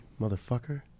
motherfucker